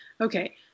Okay